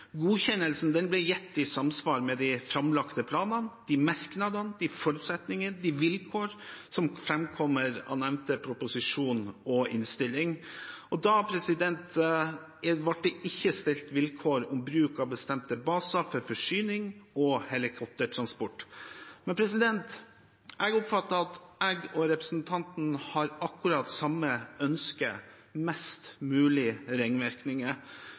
Godkjennelsen ble gitt i samsvar med de framlagte planene, merknadene, forutsetningene og vilkårene som framkommer av nevnte proposisjon og innstilling, og da ble det ikke stilt vilkår om bruk av bestemte baser for forsyning og helikoptertransport. Men jeg oppfatter at jeg og representanten har akkurat samme ønske: mest mulig ringvirkninger.